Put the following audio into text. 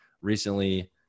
recently